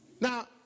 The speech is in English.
Now